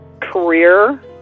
career